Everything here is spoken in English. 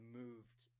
moved